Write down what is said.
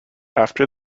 after